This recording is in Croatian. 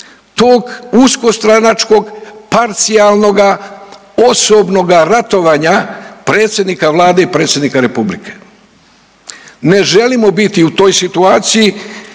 tog usko stranačkog parcijalnoga osobnoga ratovanja predsjednika Vlade i predsjednika Republike. Ne želimo biti u toj situaciji,